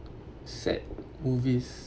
sad movies